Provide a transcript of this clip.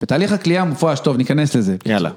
בתהליך הקליעה מופרש. טוב, ניכנס לזה. יאללה.